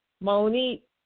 Monique